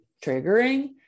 triggering